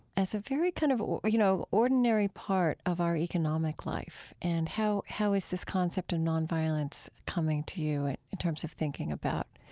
as a very kind of you know ordinary part of our economic life and how how is this concept of nonviolence coming to you in terms of thinking about